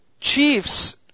Chiefs